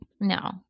No